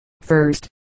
first